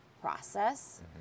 process